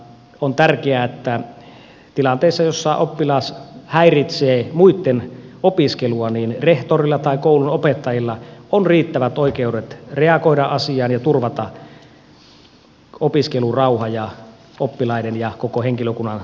on tärkeää että tilanteessa jossa oppilas häiritsee muitten opiskelua rehtorilla tai koulun opettajilla on riittävät oikeudet reagoida asiaan ja turvata opiskelurauha ja oppilaiden ja koko henkilökunnan turvallisuus